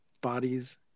bodies